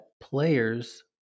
players